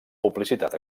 publicitat